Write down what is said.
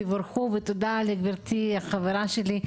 תבורכו ותודה לגבירתי החברה שלי,